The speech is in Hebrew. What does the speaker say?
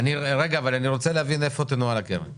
אבל אני רוצה להבין איפה תנוהל הקרן ואיך.